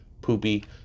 poopy